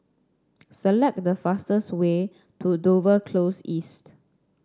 select the fastest way to Dover Close East